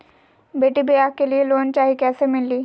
बेटी ब्याह के लिए लोन चाही, कैसे मिली?